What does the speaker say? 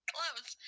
Close